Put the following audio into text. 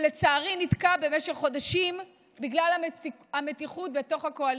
ולצערי הוא נתקע במשך חודשים בגלל המתיחות בתוך הקואליציה.